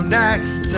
next